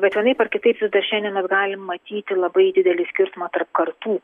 bet vienaip ar kitaip vis dar šiandien mes galim matyti labai didelį skirtumą tarp kartų